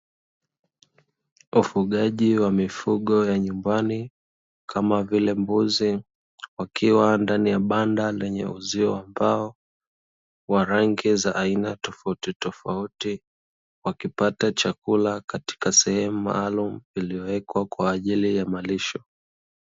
Ufugaji wa mifugo ya nyumbani kama vile mbuzi, wakiwa ndani ya banda lenye uzio wa mbao, wa rangi za aina tofautitofauti wakipata chakula, katika sehemu maalumu iliyowekwa kwa ajili ya malisho.